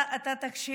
אתה מאמין?